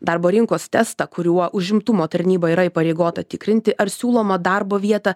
darbo rinkos testą kuriuo užimtumo tarnyba yra įpareigota tikrinti ar siūlomą darbo vietą